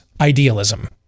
idealism